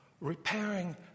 repairing